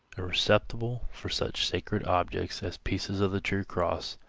a receptacle for such sacred objects as pieces of the true cross,